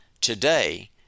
today